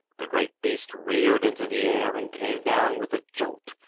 the great beast reared into the air and came down with a jolt,